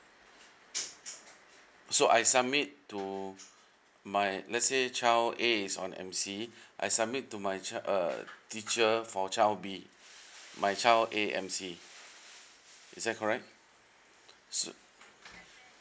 so I submit to my let's say child a is on M_C I submit to my chil~ uh teacher for child b my child a M_C is that correct so